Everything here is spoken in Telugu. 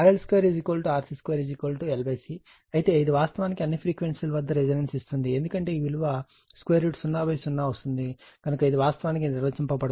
RL2RC2 LC అయితే ఇది వాస్తవానికి అన్ని ఫ్రీక్వెన్సీ ల వద్ద రెసోనెన్స్ ఇస్తుంది ఎందుకంటే ఈ విలువ 00 వస్తుంది కనుక ఇది వాస్తవానికి నిర్వచించబడదు